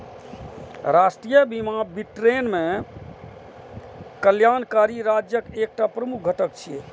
राष्ट्रीय बीमा ब्रिटेन मे कल्याणकारी राज्यक एकटा प्रमुख घटक छियै